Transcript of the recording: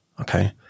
Okay